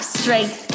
strength